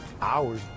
hours